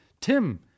Tim